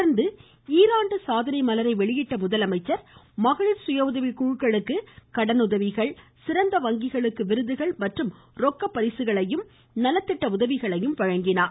தொடர்ந்து ஈராண்டு சாதனை மலரை வெளியிட்ட முதலமைச்சர் மகளிர் சுயஉதவிக்குழுக்களுக்கு கடன் உதவிகள் சிறந்த வங்கிகளுக்கு விருதுகள் மற்றும் ரொக்கப்பரிசுகளையும் பயனாளிகளுக்கு நலத்திட்ட உதவிகளையும் வழங்கினார்